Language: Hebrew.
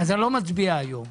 שאני לא מצביע היום.